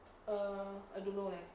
err I don't know leh